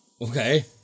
okay